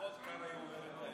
לפחות קרעי אומר את האמת.